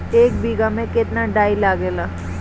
एक बिगहा में केतना डाई लागेला?